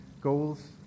goals